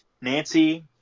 Nancy